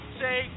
say